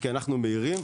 כי אנחנו מהירים,